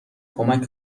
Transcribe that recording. کمک